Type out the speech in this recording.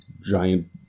giant